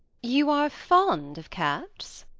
you are fond of cats?